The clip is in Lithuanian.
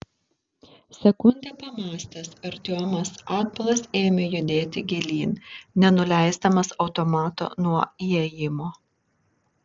sekundę pamąstęs artiomas atbulas ėmė judėti gilyn nenuleisdamas automato nuo įėjimo